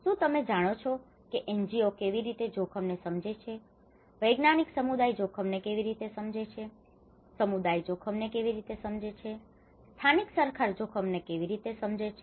શું તમે જાણો છો કે એનજીઓ કેવી રીતે જો ખમ ને સમજે છે વૈજ્ઞાનિક સમુદાય જોખમને કેવી રીતે સમજે છે સમુદાય જોખમને કેવી રીતે સમજે છે સ્થાનિક સરકાર જોખમ ને કેવી રીતે સમજે છે